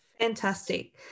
fantastic